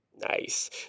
Nice